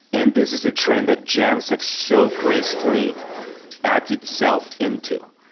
and this is a trend that jamstack so gracefully adds itself into.